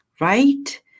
right